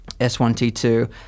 S1T2